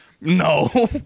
No